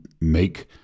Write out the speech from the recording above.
make